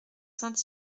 saint